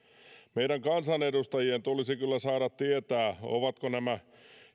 meidän kansanedustajien tulisi kyllä saada tietää ovatko nämä